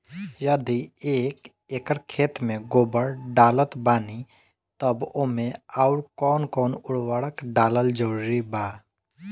यदि एक एकर खेत मे गोबर डालत बानी तब ओमे आउर् कौन कौन उर्वरक डालल जरूरी बा?